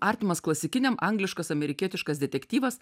artimas klasikiniam angliškas amerikietiškas detektyvas